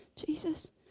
Jesus